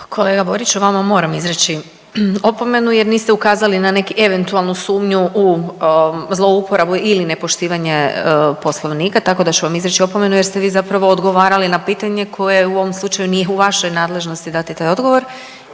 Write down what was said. Kolega Boriću vama moram izreći opomenu jer niste ukazali na neki eventualnu sumnju u zlouporabu ili nepoštivanje Poslovnika. Tako da ću vam izreći opomenu jer ste vi zapravo odgovarali na pitanje koje u ovom slučaju nije u vašoj nadležnosti dati taj odgovor.